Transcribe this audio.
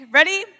ready